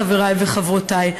חברי וחברותי,